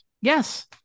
yes